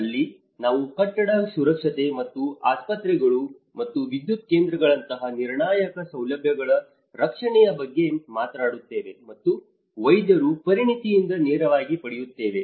ಅಲ್ಲಿ ನಾವು ಕಟ್ಟಡದ ಸುರಕ್ಷತೆ ಮತ್ತು ಆಸ್ಪತ್ರೆಗಳು ಮತ್ತು ವಿದ್ಯುತ್ ಕೇಂದ್ರಗಳಂತಹ ನಿರ್ಣಾಯಕ ಸೌಲಭ್ಯಗಳ ರಕ್ಷಣೆಯ ಬಗ್ಗೆ ಮಾತನಾಡುತ್ತೇವೆ ಮತ್ತು ವೈದ್ಯರ ಪರಿಣತಿಯಿಂದ ನೇರವಾಗಿ ಪಡೆಯುತ್ತೇವೆ